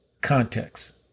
context